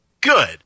Good